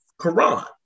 Quran